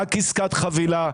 רק עסקת חבילה,